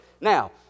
Now